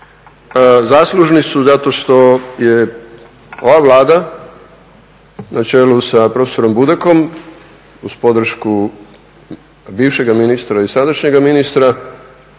zaslužni su zato što je ova Vlada na čelu sa profesorom Budakom uz podršku bivšega ministra i sadašnjega ministra